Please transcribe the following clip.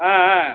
ஆ ஆ